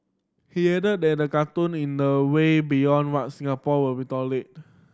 he added that the cartoon in the way beyond what Singapore will doled